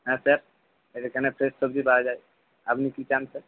হ্যাঁ স্যার এখানে ফ্রেশ সবজি পাওয়া যায় আপনি কী চান স্যার